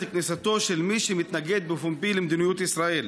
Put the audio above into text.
כניסתו של מי שמתנגד בפומבי למדיניות ישראל,